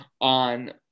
on